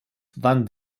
van